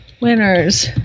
winners